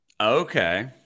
Okay